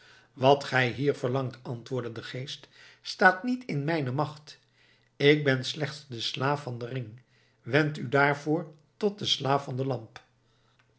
wat gij hier verlangt antwoordde de geest staat niet in mijne macht ik ben slechts de slaaf van den ring wend u daarvoor tot den slaaf van de lamp